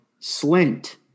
slint